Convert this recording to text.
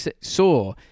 saw